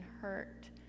hurt